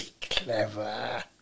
Clever